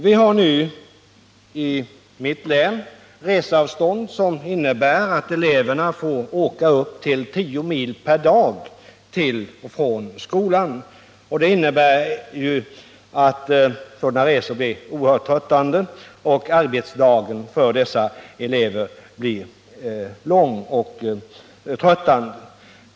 Vi har nu i mitt län reseavstånd som innebär att eleverna får åka upp till 10 mil per dag till och från skolan. Sådana resor är oerhört tröttande, och arbetsdagen för eleverna blir mycket lång.